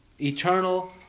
eternal